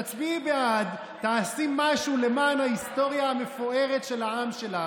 תצביעי בעד ותעשי משהו למען ההיסטוריה המפוארת של העם שלך,